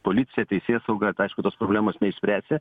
policija teisėsauga tai aišku tos problemos neišspręsi